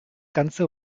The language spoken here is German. ganze